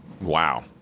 Wow